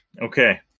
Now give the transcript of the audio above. Okay